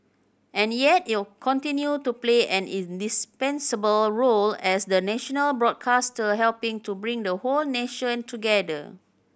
and yet it'll continue to play an indispensable role as the national broadcaster helping to bring the whole nation together